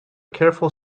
careful